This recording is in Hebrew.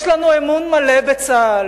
יש לנו אמון מלא בצה"ל.